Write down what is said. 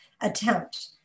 attempt